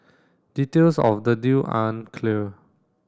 details of the deal aren't clear